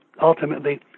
ultimately